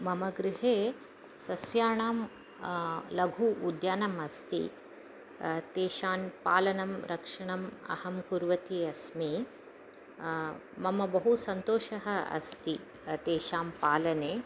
मम गृहे सस्यानां लघु उद्यानम् अस्ति तेषान् पालनं रक्षणम् अहं कुर्वती अस्मि मम बहु सन्तोषः अस्ति तेषां पालने